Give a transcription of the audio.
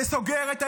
זה סוגר את העיר.